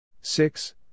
Six